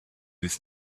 with